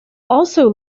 also